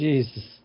Jesus